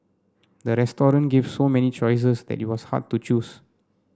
the restaurant gave so many choices that it was hard to choose